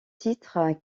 titre